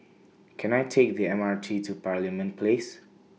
Can I Take The M R T to Parliament Place